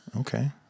Okay